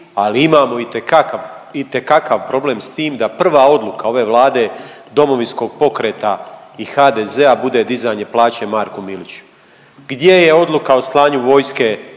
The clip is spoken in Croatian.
ali imamo itekakav problem s tim da prva odluka ove Vlade Domovinskog pokreta i HDZ-a bude dizanje plaće Marku Miliću. Gdje je odluka o slanju vojske